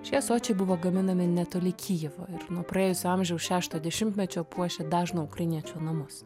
šie ąsočiai buvo gaminami netoli kyjivo ir nuo praėjusio amžiaus šešto dešimtmečio puošė dažno ukrainiečio namus